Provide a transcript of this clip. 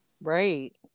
Right